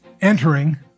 entering